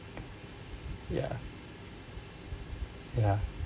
ya ya